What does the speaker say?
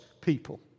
people